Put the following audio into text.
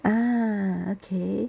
ah okay